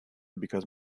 because